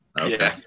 Okay